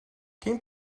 quem